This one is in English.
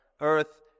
earth